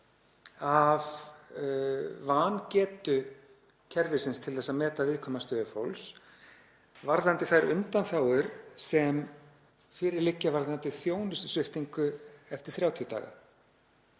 af vangetu kerfisins til að meta viðkvæma stöðu fólks varðandi þær undanþágur sem fyrir liggja varðandi þjónustusviptingu eftir 30 daga.